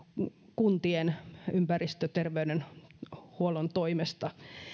kuntien ympäristöterveydenhuollon toimesta